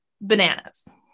bananas